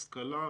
השכלה,